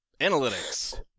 Analytics